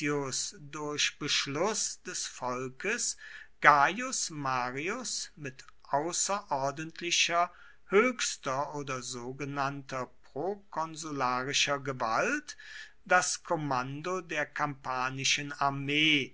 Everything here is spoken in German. durch beschluß des volkes gaius marius mit außerordentlicher höchster oder sogenannter prokonsularischer gewalt das kommando der kampanischen armee